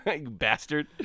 bastard